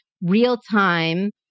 real-time